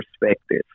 perspective